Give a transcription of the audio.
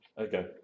okay